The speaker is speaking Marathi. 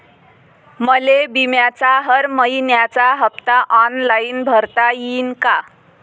मले बिम्याचा हर मइन्याचा हप्ता ऑनलाईन भरता यीन का?